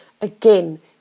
again